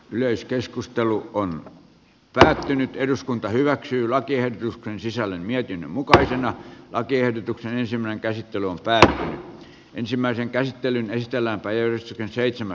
yleiskeskustelu on päättynyt eduskunta hyväksyy lakiehdotus on sisällön mietinnön mukaisena lakiehdotuksen ensimmäinen käsittely on päällä ensimmäisen käsittelyn nesteellä pöysti erittäin tarpeellinen